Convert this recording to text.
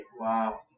Wow